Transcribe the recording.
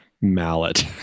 mallet